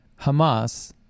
Hamas